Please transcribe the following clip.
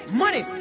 money